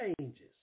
changes